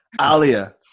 Alia